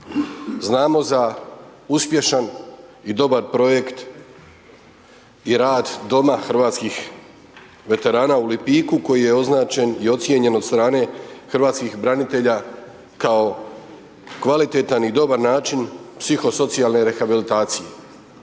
Znamo za uspješan i dobar projekt i rad Doma hrvatskih veterana u Lipiku koji je označen i ocijenjen od strane hrvatskih branitelja kao kvalitetan i dobar način psihosocijalne rehabilitacije,